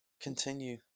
continue